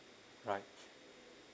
right